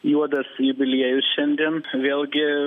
juodas jubiliejus šiandien vėlgi